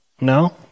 No